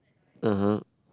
(uh huh)